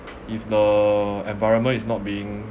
if the environment is not being